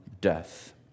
death